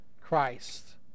Christ